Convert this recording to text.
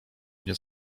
mnie